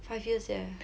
five years eh